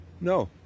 No